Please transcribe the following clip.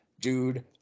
dude